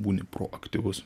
būni proaktyvus